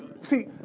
see